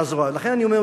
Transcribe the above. לכן אני אומר,